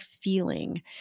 feeling